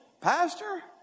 Pastor